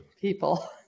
people